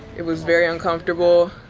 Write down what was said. it was very uncomfortable.